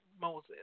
Moses